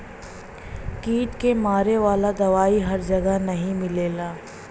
कीट के मारे वाला दवाई हर जगह नाही मिलला